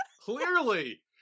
Clearly